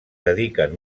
dediquen